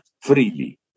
freely